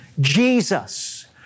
Jesus